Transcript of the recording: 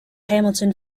hamilton